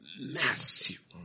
massive